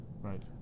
Right